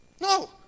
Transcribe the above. No